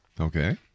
Okay